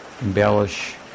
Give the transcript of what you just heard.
embellish